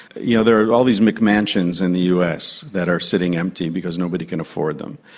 yeah there are all these mcmansions in the us that are sitting empty because nobody can afford them,